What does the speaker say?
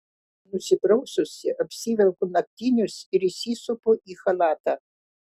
nusipraususi apsivelku naktinius ir įsisupu į chalatą